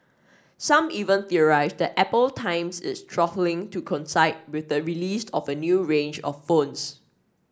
some even theorised that Apple times its throttling to coincide with the released of a new range of phones